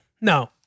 no